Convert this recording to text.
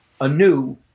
anew